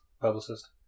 publicist